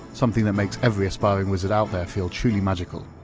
something that makes every aspiring wizard out there feel truly magical.